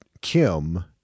Kim